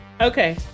okay